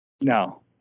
No